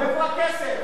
עולם, איפה הכסף?